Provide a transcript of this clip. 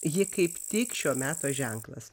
ji kaip tik šio meto ženklas